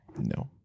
No